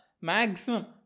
maximum